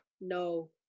no